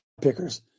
pickers